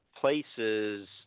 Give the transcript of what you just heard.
places